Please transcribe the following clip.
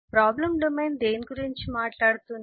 problem domain దేని గురించి మాట్లాడుతుంది